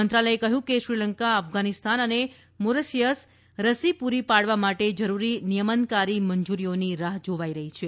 મંત્રાલયે કહ્યું કે શ્રીલંકા અફઘાનીસ્તાન અને મોરેશીયસ રસી પુરી પાડવા માટે જરુરી નીયમનકારી મંજુરીઓની રાહ જોવાઇ રહી છે